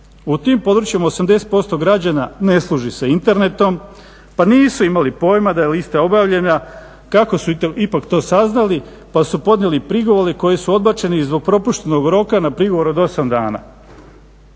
U tim područjima 80% građana ne služi se internetom pa nisu imali pojma da je lista objavljena. Kako su ipak to saznali pa su podnijeli prigovore koji su odbačeni zbog propuštenog roka na prigovor od 8 dana.